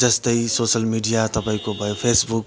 जस्तै social media तपाईँको भयो फेसबुक